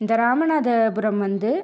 இந்த ராமநாதபுரம் வந்து